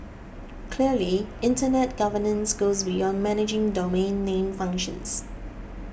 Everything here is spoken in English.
clearly Internet governance goes beyond managing domain name functions